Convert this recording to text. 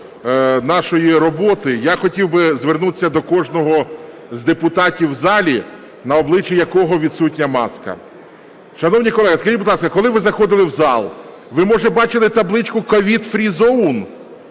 нашої роботи, я хотів би звернутися до кожного з депутатів в залі, на обличчі якого відсутня маска. Шановні колеги, скажіть, будь ласка, коли ви заходили в зал, ви, може, бачили табличку "COVID free zone"?